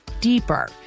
deeper